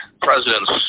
presidents